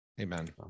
Amen